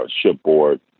shipboard